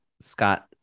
Scott